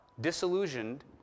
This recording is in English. disillusioned